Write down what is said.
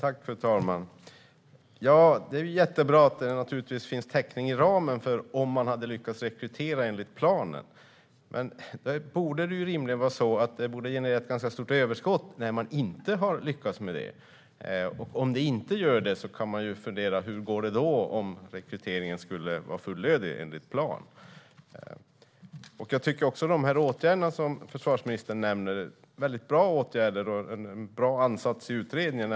Fru talman! Det är naturligtvis jättebra att det finns täckning inom ramen - om man hade lyckats rekrytera enligt planen. Men det borde rimligen generera ett ganska stort överskott att man inte har lyckats med det. Om det inte gör det kan man ju fundera på hur det skulle gå om rekryteringen var fullödig enligt planen. Jag tycker att åtgärderna som försvarsministern nämner är bra åtgärder. Det är en bra ansats i utredningen.